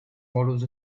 waddles